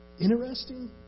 Interesting